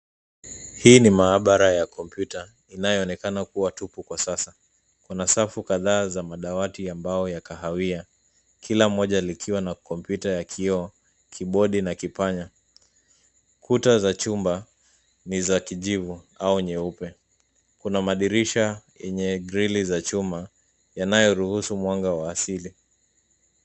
Hii ni maabara ya kompyuta inayoonekana kuwa tupu kwa sasa. Kuna safu kadhaa za madawati ya mbao ya kahawia, kila moja likiwa na kompyuta ya kioo, kibodi na kipanya. Kuta za chumba ni za kijivu au nyeupe. Kuna madirisha yenye grili za chuma yanayoruhusu mwanga wa asili.